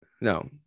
No